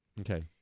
Okay